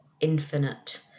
infinite